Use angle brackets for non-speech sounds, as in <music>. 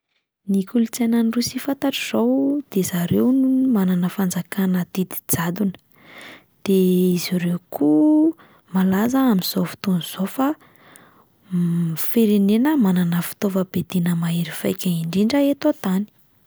Ny kolontsaina any Rosia fantatro izao de zareo no manana fanjakana didy jadona, de izy ireo koa malaza amin'izao fotoana izao fa <hesitation> firenena manana fitaovam-piadiana mahery vaika indrindra eto an-tany.